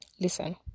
listen